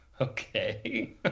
Okay